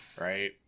right